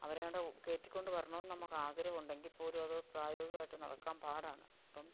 അവരേയും കുടെ കയറ്റിക്കൊണ്ട് വരണമെന്ന് നമുക്ക് ആഗ്രഹമുണ്ട് എങ്കിൽ പോലും അത് പ്രായോഗിഗമായിട്ട് നടക്കാൻ പാടാണ് അപ്പം